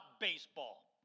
baseball